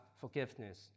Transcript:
forgiveness